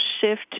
shift